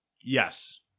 Yes